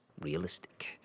realistic